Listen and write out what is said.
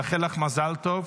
לאחל לך מזל טוב